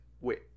Wait